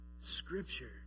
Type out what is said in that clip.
Scripture